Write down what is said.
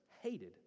hated